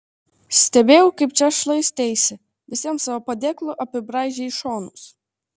stebėjau kaip čia šlaisteisi visiems savo padėklu apibraižei šonus